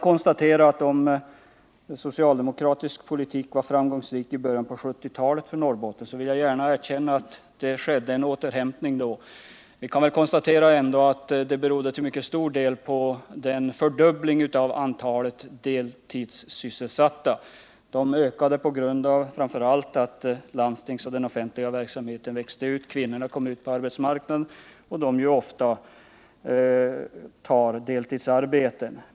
Hon sade att den socialdemokratiska politiken i början av 1970-talet var framgångsrik för Norrbotten. Jag vill gärna erkänna att det då skedde en återhämtning. Men vi kan konstatera att det till mycket stor del berodde på fördubblingen av antalet deltidssysselsatta, som framför allt ökade på grund av att landstingsverksamheten och den offentliga verksamheten växte. Därigenom kom kvinnorna ut på arbetsmarknaden, och de tar ofta deltidsarbeten.